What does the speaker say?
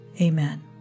Amen